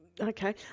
Okay